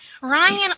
Ryan